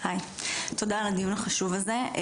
תודה על הדיון החשוב הזה.